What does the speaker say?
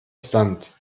stunt